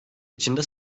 içinde